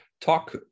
Talk